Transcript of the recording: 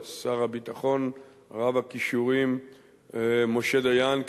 ואת שר הביטחון רב-הכישורים משה דיין,